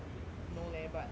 no leh but I think